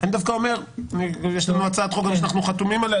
יש לנו הצעת חוק גם שאנחנו חתומים עליה